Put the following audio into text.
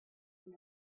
you